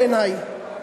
בעיני,